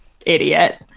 idiot